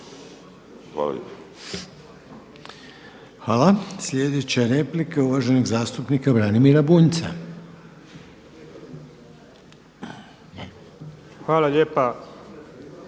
(HDZ)** Sljedeća replika je uvaženog zastupnika Branimira Baunjca. **Bunjac,